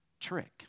trick